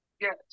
Yes